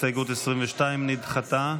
הסתייגות 22 נדחתה.